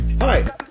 Hi